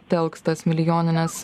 telks tas milijonines